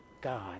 God